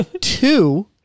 two